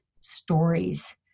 stories